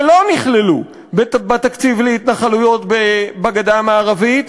שלא נכללו בתקציב להתנחלויות בגדה המערבית,